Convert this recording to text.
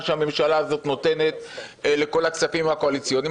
שהממשלה הזאת נותנת לכל הכספים הקואליציוניים,